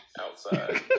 outside